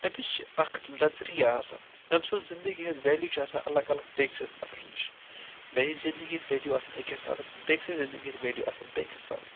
أمِس چھِ اَکھ نظری آسان أمۍ سٕنٛز زِندگی ہُنٛد ویلیوٗ چھِ آسان الگ الگ بیٚکہِ سٕنٛز نَفرن نِش میٛانہِ زندگی ہٕنٛدۍ ویلیوٗ آسَن أکِس حِسابٕکۍ بیٚکہِ سٕنٛز زِندگی ہِنٛدۍ ویلیوٗ آسَن بیٚکہِ حِسابٕکۍ